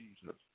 Jesus